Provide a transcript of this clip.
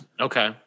Okay